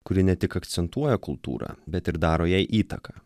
kuri ne tik akcentuoja kultūrą bet ir daro jai įtaką